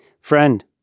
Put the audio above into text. Friend